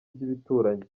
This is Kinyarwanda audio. by’ibituranyi